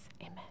Amen